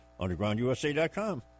UndergroundUSA.com